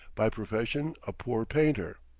by profession a poor painter.